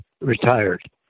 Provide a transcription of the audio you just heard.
retired